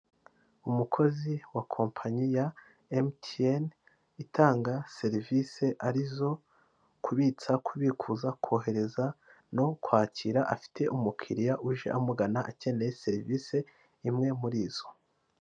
Umukozi wa kompanyi ya MTN itanga serivisi ari zo kubitsa, kubikuza, kohereza no kwakira, afite umukiriya uje amugana akeneye serivisi imwe muri zo.